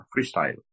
freestyle